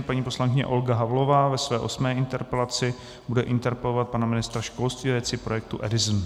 Paní poslankyně Olga Havlová ve své osmé interpelaci bude interpelovat pana ministra školství ve věci projektu Edison.